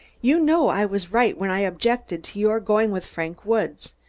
you know i was right when i objected to your going with frank woods.